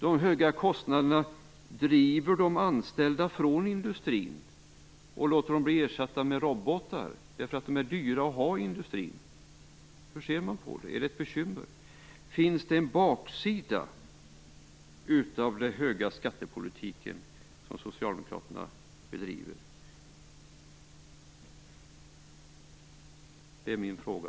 De höga kostnaderna driver de anställda från industrin. De blir ersatta av robotar därför att de är dyra att ha i industrin. Hur ser ni på det? Är det ett bekymmer? Finns det en baksida vad gäller den höga skattepolitik som Socialdemokraterna bedriver? Det är min fråga.